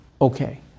okay